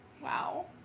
Wow